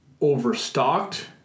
overstocked